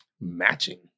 matching